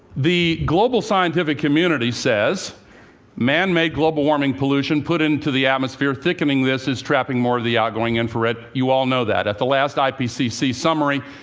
the global scientific community says man-made global warming pollution, put into the atmosphere, thickening this, is trapping more of the outgoing infrared. you all know that. at the last ipcc summary,